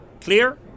Clear